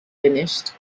finished